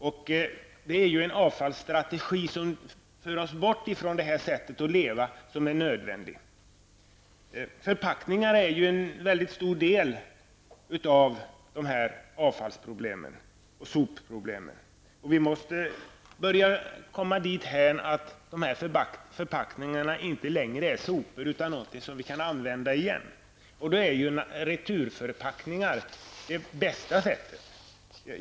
Det är nödvändigt med en avfallsstrategi som för oss bort från detta sätt att leva. Förpackningarna utgör en mycket stor del av dessa avfalls och sopproblem. Vi måste komma dithän att vi anser att dessa förpackningar inte är sopor utan någonting som vi kan använda igen. Härvidlag är returförpackningar den bästa lösningen av problemet.